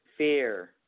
Fear